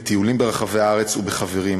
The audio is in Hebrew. בטיולים ברחבי הארץ ובחברים,